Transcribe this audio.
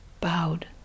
bowed